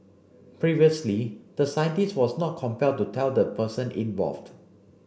previously the scientist was not compelled to tell the person involved